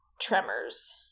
Tremors